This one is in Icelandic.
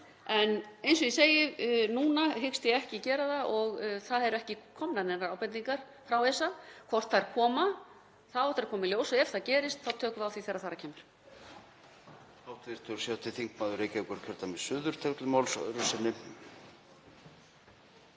En eins og ég segi, núna hyggst ég ekki gera það. Það eru ekki komnar neinar ábendingar frá ESA. Hvort þær koma á eftir að koma í ljós. Ef það gerist tökum við á því þegar þar að kemur.